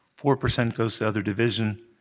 four percent goes to other division,